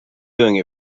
doing